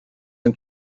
and